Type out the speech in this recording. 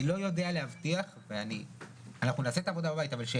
אני לא יודע להבטיח ואני אעשה את העבודה בבית אבל אני